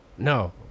No